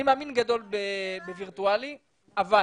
אני מאמין גדול בווירטואלי אבל,